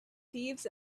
thieves